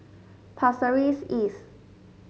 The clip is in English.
Pasir Ris East